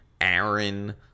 Aaron